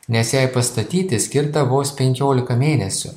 nes jai pastatyti skirta vos penkiolika mėnesių